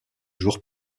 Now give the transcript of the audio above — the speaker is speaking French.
jours